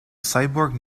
cyborg